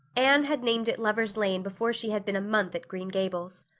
anne had named it lover's lane before she had been a month at green gables.